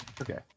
okay